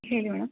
ಹೇಳಿ ಮೇಡಮ್